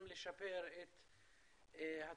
גם לשפר את התוכניות,